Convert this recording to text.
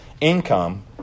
income